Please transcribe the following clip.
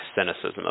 cynicism